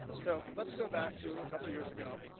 so, let's go back to a couple years ago,